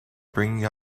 bringing